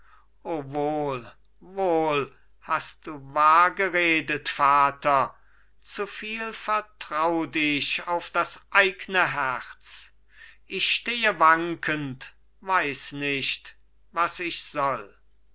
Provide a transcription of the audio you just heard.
wohl wohl hast du wahr geredet vater zu viel vertraut ich auf das eigne herz ich stehe wankend weiß nicht was ich soll